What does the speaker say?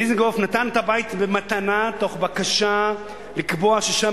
דיזנגוף נתן את הבית במתנה תוך בקשה לקבוע ששם